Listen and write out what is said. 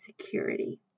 security